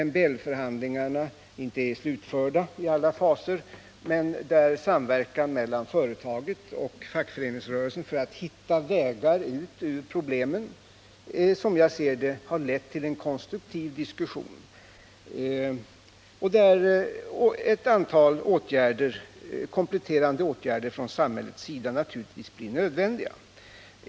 MBL förhandlingarna är inte slutförda i alla faser, men samverkan mellan företaget och fackföreningsrörelsen för att hitta vägar ut ur problemen har, som jag ser det, lett till en konstruktiv diskussion. Där blir naturligtvis ett antal kompletterande åtgärder från samhällets sida nödvändiga.